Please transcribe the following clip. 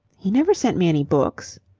he never sent me any books.